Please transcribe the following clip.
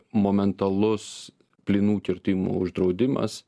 momentalus plynų kirtimų uždraudimas